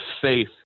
faith